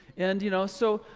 and you know, so,